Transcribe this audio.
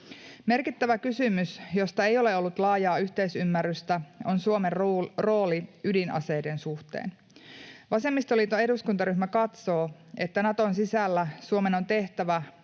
Merkittävä kysymys, josta ei ole ollut laajaa yhteisymmärrystä, on Suomen rooli ydinaseiden suhteen. Vasemmistoliiton eduskuntaryhmä katsoo, että Naton sisällä Suomen on tehtävä